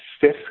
fifth